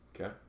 Okay